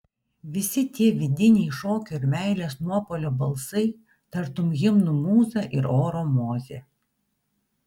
visi tie vidiniai šokio ir meilės nuopuolio balsai tartum himnų mūza ir oro mozė